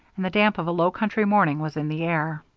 and the damp of a low-country morning was in the air.